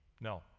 No